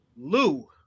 Lou